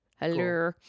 hello